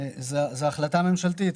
מדובר על החלטה ממשלתית,